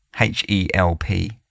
H-E-L-P